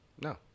No